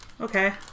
Okay